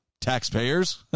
taxpayers